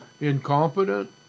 incompetent